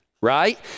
right